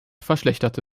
verschlechterte